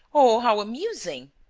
oh, how amusing!